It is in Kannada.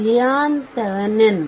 Lyon Thevenin